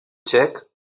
txec